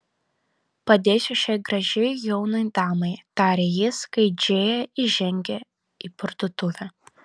padėsiu šiai gražiai jaunai damai tarė jis kai džėja įžengė į parduotuvę